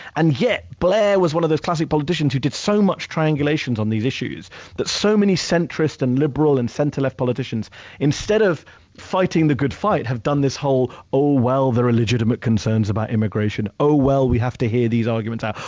and yet, blair was one of those classic politicians who did so much triangulation on these issues that so many centrist and liberal and center left politicians instead of fighting the good fight, have done this whole, oh, well, there are legitimate concerns about immigration. oh, well, we have to hear these arguments out.